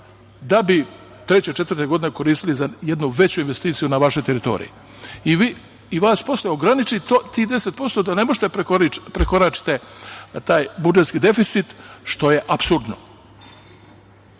da bi u trećoj, četvrtoj godini koristili za jednu veću investiciju na vašoj teritoriji. Vas posle ograniči to, tih 10% da ne možete da prekoračite taj budžetski deficit, što je apsurdno. Zato,